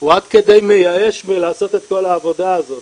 הוא עד כדי מייאש מלעשות את כל העבודה הזאת.